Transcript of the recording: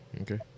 Okay